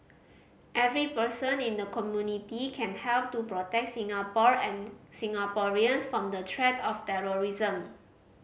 every person in the community can help to protect Singapore and Singaporeans from the threat of terrorism